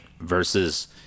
Versus